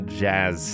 jazz